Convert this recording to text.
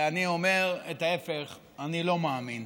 ואני אומר את ההפך: אני לא מאמין